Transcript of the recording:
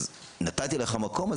אז נתתי לך מקום,